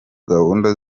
gahunda